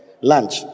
Lunch